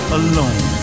alone